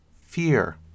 Fear